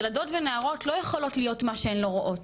ילדות ונערות לא יכולות להיות מה שהן לא רואות,